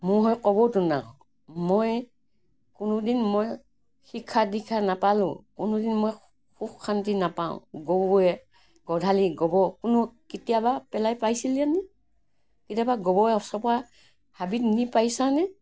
মোৰ হয় ক'বতোন আকৌ মই কোনোদিন মই শিক্ষা দীক্ষা নাপালোঁ কোনোদিন মই সুখ শান্তি নাপাওঁ গৰুৱে গোহালি গোবৰ কোনো কেতিয়াবা পেলাই পাইছিলিনে কেতিয়াবা গোবৰ এচপৰা হাবিত নি পাইছানে